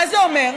מה זה אומר?